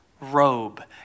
robe